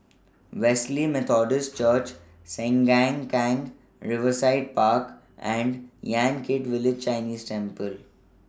Wesley Methodist Church Sengkang Riverside Park and Yan Kit Village Chinese Temple